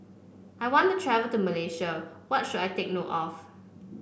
I want to travel to Malaysia What should I take note of